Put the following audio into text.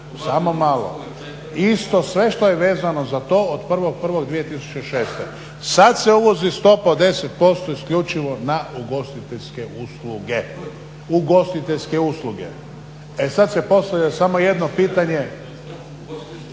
Samo malo. Isto sve što je vezano za to od 1.01.2006. Sad se uvozi stopa od 10% isključivo na ugostiteljske usluge. E sad se postavlja samo jedno pitanje,